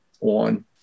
on